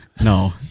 No